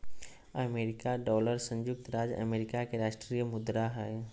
America dollar संयुक्त राज्य America के राष्ट्रीय मुद्रा हइ